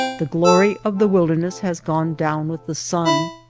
the glory of the wilderness has gone down with the sun.